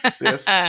Yes